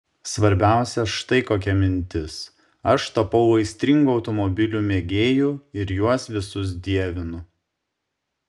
svarbiausia štai kokia mintis aš tapau aistringu automobilių mėgėju ir juos visus dievinu